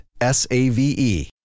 S-A-V-E